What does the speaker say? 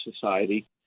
society